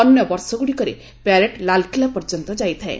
ଅନ୍ୟ ବର୍ଷ ଗୁଡ଼ିକରେ ପ୍ୟାରେଡ୍ ଲାଲ୍କିଲା ପର୍ଯ୍ୟନ୍ତ ଯାଇଥାଏ